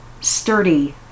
Sturdy